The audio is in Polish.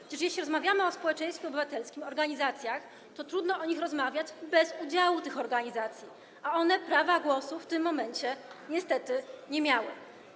Przecież jeśli rozmawiamy o społeczeństwie obywatelskim, organizacjach, to trudno o nich rozmawiać bez udziału tych organizacji, a one prawa głosu w tym momencie niestety nie miały.